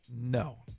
No